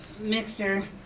Mixer